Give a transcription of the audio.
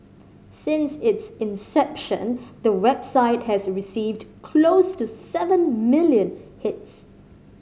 since its inception the website has received close to seven million hits